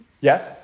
Yes